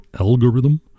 algorithm